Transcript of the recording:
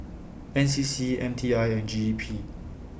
N C C M T I and G E P